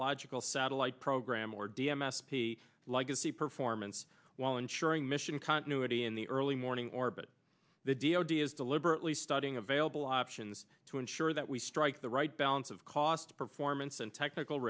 meteorological satellite program or d m s p legacy performance while ensuring mission continuity in the early morning orbit the d o d is deliberately studying available options to ensure that we strike the right balance of cost performance and technical